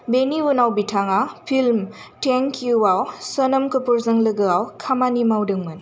बिनि उनाव बिथाङा फिल्म 'थैंक यू' आव सनम कापुरजों लोगोआव खामानि मावदोंमोन